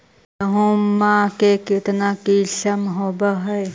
गेहूमा के कितना किसम होबै है?